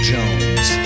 Jones